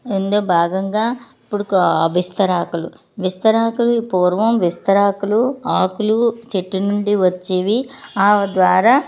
ఇందు భాగంగా ఇప్పుడు కొ విస్తరాకులు విస్తరాకులు పూర్వం విస్తరాకులు ఆకులు చెట్టు నుండి వచ్చేవి ఆ ద్వారా